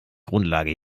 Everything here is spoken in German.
grundlage